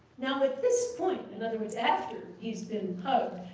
now at this point, in other words after he's been hugged,